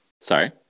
Sorry